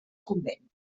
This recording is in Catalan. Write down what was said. convent